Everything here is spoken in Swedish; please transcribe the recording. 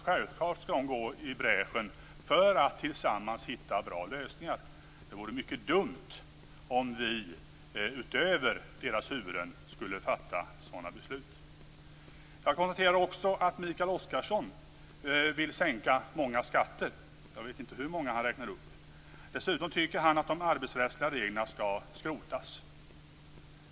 Självfallet skall de gå i bräschen för att tillsammans hitta bra lösningar. Det vore mycket dumt om vi över parternas huvuden skulle fatta sådana beslut. Jag noterade också att Mikael Oscarsson ville sänka många skatter - jag vet inte hur många han räknade upp. Dessutom tyckte han att de arbetsrättsliga reglerna skall skrotas.